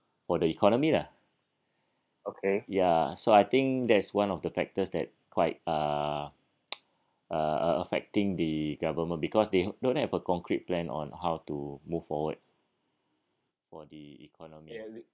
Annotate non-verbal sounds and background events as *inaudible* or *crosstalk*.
for the economy lah ya so I think that is one of the factors that quite uh *noise* uh uh affect I think the government because they don't have a concrete plan on how to move forward for the economy